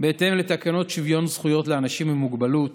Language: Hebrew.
בהתאם לתקנות שוויון זכויות לאנשים עם מוגבלות,